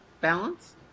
balance